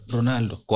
Ronaldo